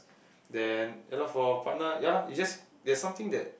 then ya lor for partner ya lah it's just there's something that